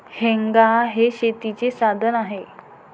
हेंगा हे शेतीचे साधन आहे